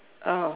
oh